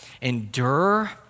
endure